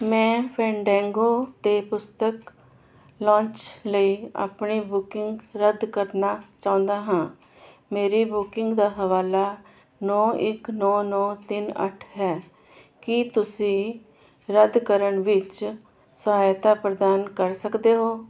ਮੈਂ ਫੈਂਡੈਂਗੋ 'ਤੇ ਪੁਸਤਕ ਲੌਂਚ ਲਈ ਆਪਣੀ ਬੁਕਿੰਗ ਰੱਦ ਕਰਨਾ ਚਾਹੁੰਦਾ ਹਾਂ ਮੇਰੀ ਬੁਕਿੰਗ ਦਾ ਹਵਾਲਾ ਨੌ ਇੱਕ ਨੌ ਨੌ ਤਿੰਨ ਅੱਠ ਹੈ ਕੀ ਤੁਸੀਂ ਰੱਦ ਕਰਨ ਵਿੱਚ ਸਹਾਇਤਾ ਪ੍ਰਦਾਨ ਕਰ ਸਕਦੇ ਹੋ